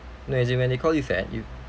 no as in when they call you fat you